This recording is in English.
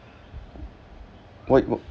why would